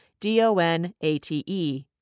donate